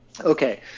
okay